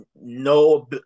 no